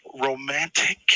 Romantic